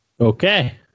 okay